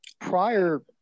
Prior